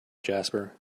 jasper